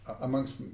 amongst